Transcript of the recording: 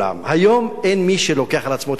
היום אין מי שלוקח על עצמו את המשימה הזאת.